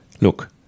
look